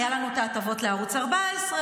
היה לנו את ההטבות לערוץ 14,